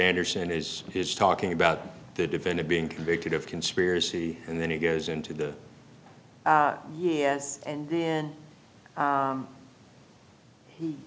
anderson is his talking about the defendant being convicted of conspiracy and then he goes into the yes and then